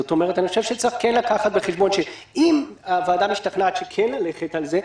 צריך לקחת בחשבון שאם הוועדה משתכנעת לאשר את זה,